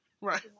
Right